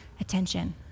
attention